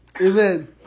Amen